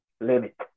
limit